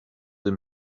him